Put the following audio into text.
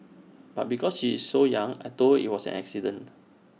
but because she is so young I Told her IT was an accident